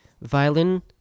Violin